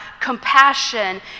compassion